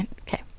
Okay